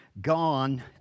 gone